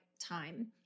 time